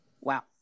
Wow